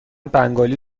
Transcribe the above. بنگالی